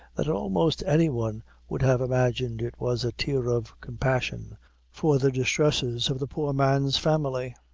that almost any one would have imagined it was a tear of compassion for the distresses of the poor man's family.